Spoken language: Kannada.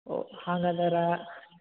ಓಹ್ ಹಾಂಗೆ ಅಂದರೆ